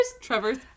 Trevor's